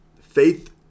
faith